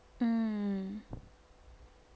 mm